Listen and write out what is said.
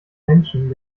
menschen